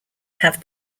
have